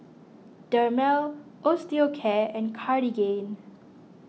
Dermale Osteocare and Cartigain